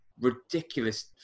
ridiculous